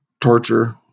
torture